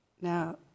now